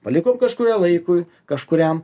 palikom kažkuriam laikui kažkuriam